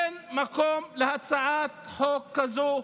אין מקום להצעת חוק כזו,